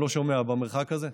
אני לא שומע במרחק הזה,